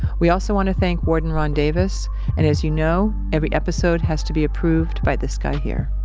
we also want to thank warden ron davis and, as you know, every episode has to be approved by this guy here